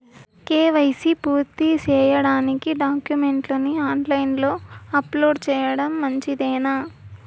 KYC పూర్తి సేయడానికి డాక్యుమెంట్లు ని ఆన్ లైను లో అప్లోడ్ సేయడం మంచిదేనా?